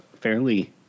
fairly